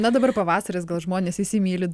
na dabar pavasaris gal žmonės įsimyli